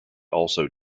also